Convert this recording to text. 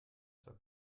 zwar